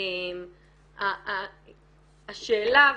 השאלה,